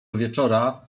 wieczora